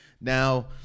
Now